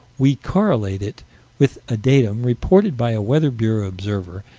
we correlate it with a datum reported by a weather bureau observer,